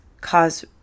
cause